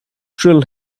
drill